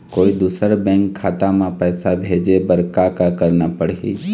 कोई दूसर बैंक खाता म पैसा भेजे बर का का करना पड़ही?